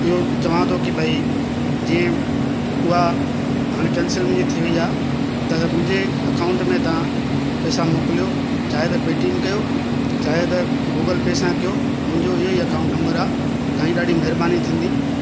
इहि चवां थो की भई जीअं उहा हाणे कैंसिल मुंहिंजी थी वई आहे त मुंहिंजे अकाउंट में तव्हां पेसा मोकिलियो चाहे त पेटीएम कयो चाहे त गूगल पे सां कयो मुंहिंजो इहो ई अकाउंट नंबर आहे तव्हांजी ॾाढी महिरबानी थींदी